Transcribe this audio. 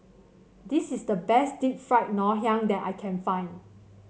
this is the best Deep Fried Ngoh Hiang that I can find